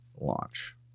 launch